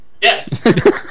Yes